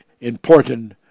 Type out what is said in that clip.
important